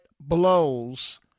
blows